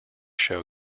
show